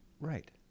right